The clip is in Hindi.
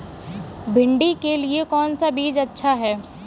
भिंडी के लिए कौन सा बीज अच्छा होता है?